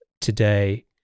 today